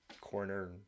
corner